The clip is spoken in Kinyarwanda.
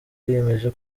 wiyemeje